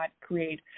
create